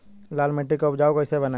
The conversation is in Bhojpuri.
लाल मिट्टी के उपजाऊ कैसे बनाई?